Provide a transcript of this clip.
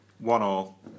One-all